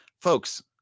folks